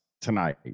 tonight